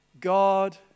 God